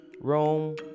Rome